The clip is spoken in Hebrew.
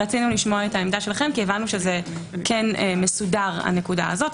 רצינו לשמוע את עמדתכם כי הבנו שזה כן מסודר הנקודה הזו.